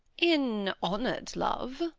in honour'd love.